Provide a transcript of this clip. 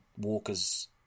Walker's